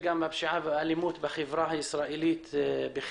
נוסף בו נטפל גם בפשיעה ובאלימות בחברה הישראלית בכלל.